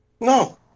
No